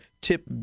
tip